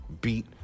beat